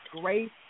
grace